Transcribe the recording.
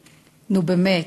נו, באמת,